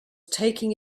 taking